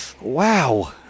Wow